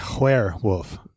werewolf